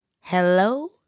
Hello